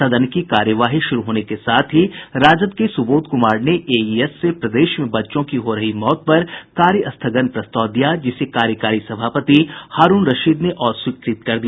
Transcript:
सदन की कार्यवाही शुरू होने के साथ ही राजद के सुबोध कुमार ने एईएस से प्रदेश में बच्चों की हो रही मौत पर कार्यस्थगन प्रस्ताव दिया जिसे कार्यकारी सभापति हारूण रशीद ने अस्वीकृत कर दिया